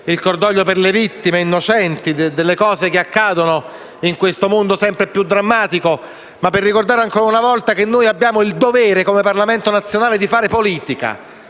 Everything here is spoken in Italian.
cordoglio per le vittime innocenti dei fatti che accadono in questo mondo sempre più drammatico, ma anche per ricordare ancora una volta che noi abbiamo il dovere, come Parlamento nazionale, di fare politica.